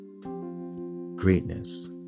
Greatness